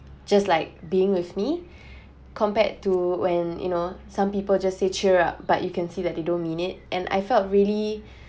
just like being with me compared to when you know some people just say cheer up but you can see that they don't mean it and I felt really